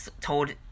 told